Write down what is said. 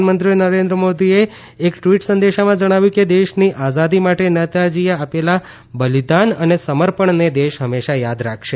પ્રધાનમંત્રી નરેન્દ્ર મોદીએ એક ટવીટ સંદેશામાં જણાવ્યું કે દેશની આઝાદી માટે નેતાજીએ આપેલા બલિદાન અને સમર્પણને દેશ હંમેશા યાદ રાખશે